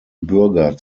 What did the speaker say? bürger